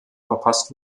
verpasst